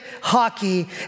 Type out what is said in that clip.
hockey